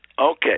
okay